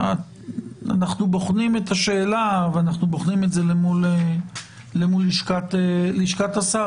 ואנחנו בוחנים את השאלה ואנחנו בוחנים את זה מול לשכת השר,